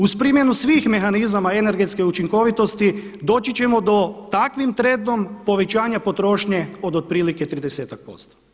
Uz primjenu svih mehanizama energetske učinkovitosti doći ćemo do takvim trendom povećanja potrošnje od otprilike tridesetak posto.